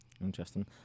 Interesting